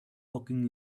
talking